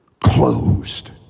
closed